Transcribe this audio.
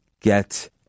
get